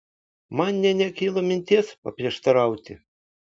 man nė nekilo minties paprieštarauti